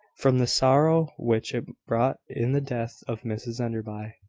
from the sorrow which it brought in the death of mrs enderby.